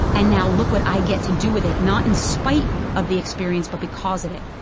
and now look what i get to do with it, not in spite of the experience, but because of it.